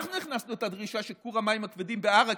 אנחנו הכנסנו את הדרישה שכור המים הכבדים באראכ,